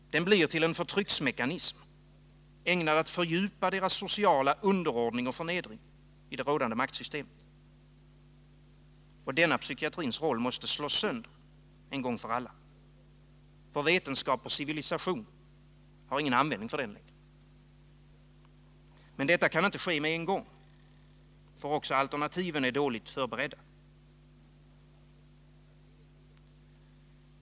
Den blir till en förtrycksmekanism, ägnad att fördjupa deras sociala underordning och förnedring i det rådande maktsystemet. Denna psykiatrins roll måste slås sönder en gång för alla. Vetenskap och mänsklig civilisation har ingen användning för den. Men detta kan inte ske med en gång, ty alternativen är dåligt förberedda.